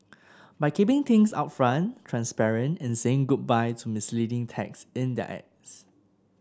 by keeping things upfront transparent and saying goodbye to misleading text in their ads